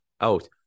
Out